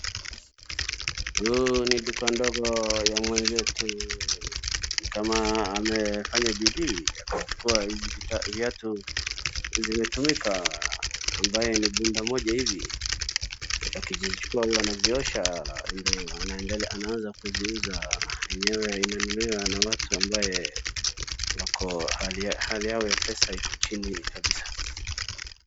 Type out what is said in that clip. Huu ni duka ndogo ya mwenzetu, ni kama amefanya bidii akachukua hizi viatu zimetumika ambaye ni bunda moja hivi, akijizichukua huwa anaziosha ndio anaendelea anaanza kuziuza. Yenyewe inananunuliwa na watu ambaye wako hali yao ya pesa iko chini kabisa.